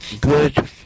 Good